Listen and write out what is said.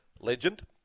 legend